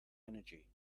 energy